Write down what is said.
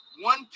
one